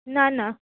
न न